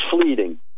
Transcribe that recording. fleeting